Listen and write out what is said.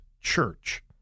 church